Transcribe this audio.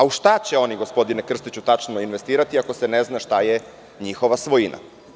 U šta će oni, gospodine Krstiću, tačno investirati, ako se ne zna šta je njihova svojina?